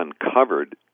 uncovered